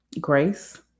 grace